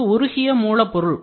இது உருகிய மூலப்பொருள்